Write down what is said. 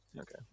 okay